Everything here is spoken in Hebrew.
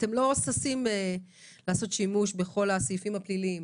אתם לא ששים לעשות שימוש בכל הסעיפים הפליליים,